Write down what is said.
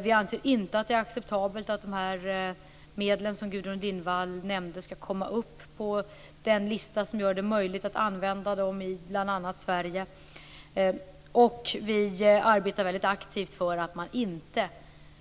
Vi anser inte att det är acceptabelt att de medel som Gudrun Lindvall nämnde skall komma upp på den lista som gör det möjligt att använda dem i bl.a. Sverige. Vi arbetar väldigt aktivt för att man inte